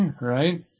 right